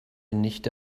nichte